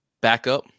Backup